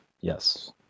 Yes